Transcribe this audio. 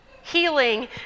healing